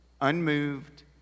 unmoved